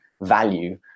value